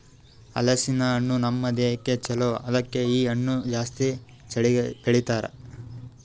ಹಲಸಿನ ಹಣ್ಣು ನಮ್ ದೇಹಕ್ ಛಲೋ ಅದುಕೆ ಇ ಹಣ್ಣು ಜಾಸ್ತಿ ಬೆಳಿತಾರ್